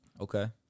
Okay